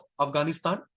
Afghanistan